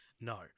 No